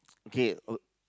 okay oh